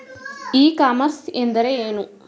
E commerce ಎಂದರೆ ಏನು?